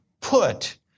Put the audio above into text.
put